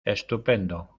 estupendo